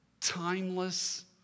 timeless